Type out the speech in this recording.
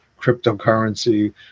cryptocurrency